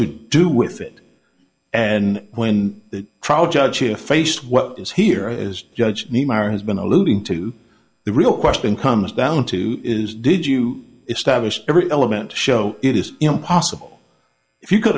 to do with it and when the trial judge to face what is here as judge niemeyer has been alluding to the real question comes down to is did you establish every element to show it is impossible if you could